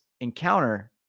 encounter